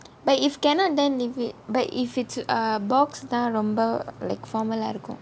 but if cannot then leave it but if it's err box தான் ரொம்ப:thaan romba formal ah இருக்கும்:irukkum